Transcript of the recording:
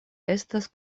estas